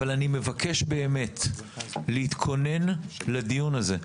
אבל אני מבקש: להתכונן לדיון הזה.